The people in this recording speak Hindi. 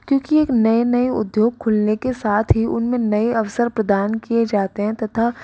क्योंकि एक नए नए उद्योग खुलने के साथ ही उनमें नए अवसर प्रदान किए जाते हैं तथा